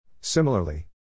Similarly